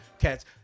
cats